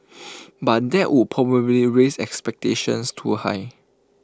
but that would probably raise expectations too high